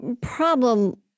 problem